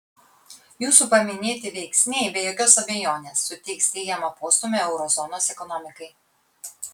jūsų paminėti veiksniai be jokios abejonės suteiks teigiamą postūmį euro zonos ekonomikai